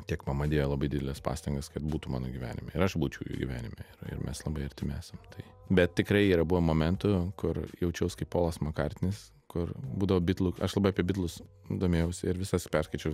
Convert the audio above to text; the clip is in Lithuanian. tiek mama dėjo labai dideles pastangas kad būtų mano gyvenime ir aš būčiau jų gyvenime ir mes labai artimi esam tai bet tikrai yra buvę momentų kur jaučiaus kaip polas makartnis kur būdavo bitlų aš labai apie bitlus domėjausi ir visas perskaičiau